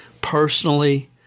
Personally